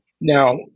Now